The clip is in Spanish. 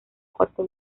cuarta